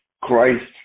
Christ